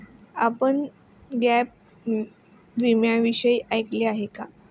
आपण गॅप विम्याविषयी ऐकले आहे का?